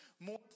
more